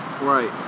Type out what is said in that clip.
Right